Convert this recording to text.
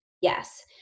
Yes